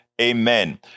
Amen